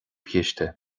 chiste